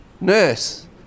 nurse